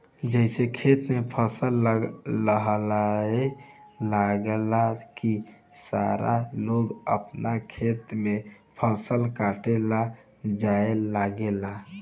जइसे खेत में फसल लहलहाए लागल की सारा लोग आपन खेत में फसल काटे ला जाए लागल